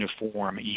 uniform